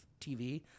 TV